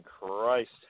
Christ